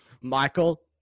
Michael